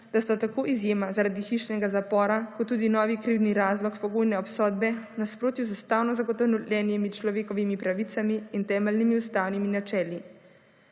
da sta tako izjema zaradi hišnega zapora kot tudi novi krivdni razlog pogojne obsodbe v nasprotju z ustavno zagotovljenimi človekovimi pravicami in temeljnimi ustavnimi načeli.